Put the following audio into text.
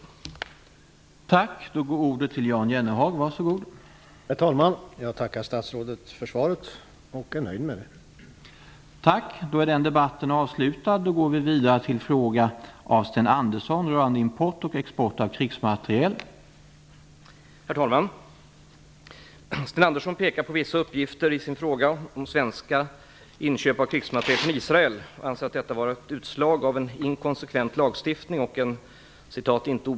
Då Gudrun Schyman som framställt frågan anmält att hon var förhindrad att närvara vid sammanträdet medgav förste vice talmannen att Jan Jennehag i stället fick delta i överläggningen.